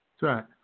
right